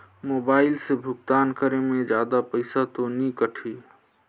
Mobile से भुगतान करे मे जादा पईसा तो नि कटही?